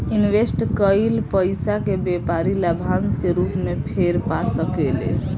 invest कईल पइसा के व्यापारी लाभांश के रूप में फेर पा सकेले